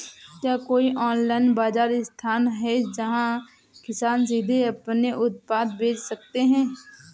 क्या कोई ऑनलाइन बाज़ार स्थान है जहाँ किसान सीधे अपने उत्पाद बेच सकते हैं?